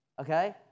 okay